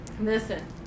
Listen